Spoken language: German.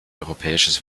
europäisches